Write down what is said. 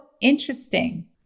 interesting